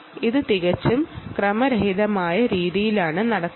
ഇത് തികച്ചും ക്രമരഹിതമായ രീതിയിലാണ് നടക്കുന്നത്